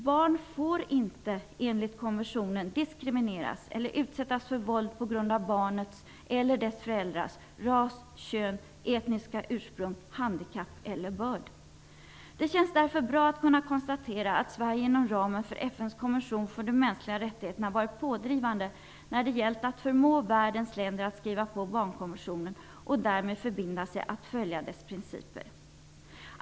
Barn får inte, enligt konventionen, diskrimineras eller utsättas för våld på grund av sitt eller sina föräldrars ras, kön, etniska ursprung, handikapp m.m. Det känns därför bra att kunna konstatera att Sverige inom ramen för FN:s konvention för de mänskliga rättigheterna har varit pådrivande när det gällt att förmå världens länder att skriva på barnkonventionen och därmed förbinda sig att följa dess principer.